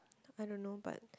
I don't know but